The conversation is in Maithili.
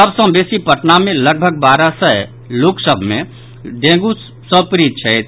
सभ सँ बेसी पटना मे लगभग बारह सय लोक सभ डेंगू सँ पीड़ित छथि